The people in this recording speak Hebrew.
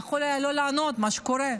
הוא יכול היה לא לענות, מה שקורה.